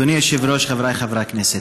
אדוני היושב-ראש, חבריי חברי הכנסת,